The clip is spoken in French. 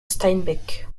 steinbeck